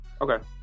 okay